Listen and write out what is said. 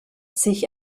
sich